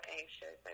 anxious